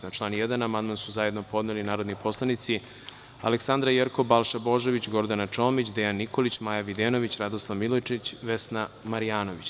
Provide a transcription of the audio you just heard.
Na član 1. amandman su zajedno podneli narodni poslanici Aleksandra Jerkov, Balša Božović, Gordana Čomić, Dejan Nikolić, Maja Videnović, Radoslav Milojičić, Vesna Marjanović.